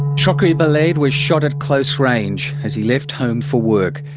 chokri belaid was shot at close range as he left home for work.